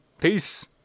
Peace